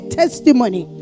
testimony